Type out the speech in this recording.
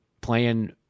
playing